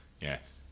Yes